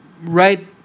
right